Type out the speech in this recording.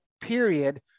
period